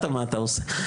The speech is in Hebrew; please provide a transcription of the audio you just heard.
כאן.